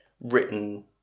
written